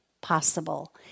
possible